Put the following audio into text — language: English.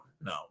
no